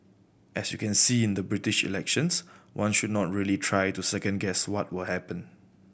as you can see in the British elections one should not really try to second guess what will happen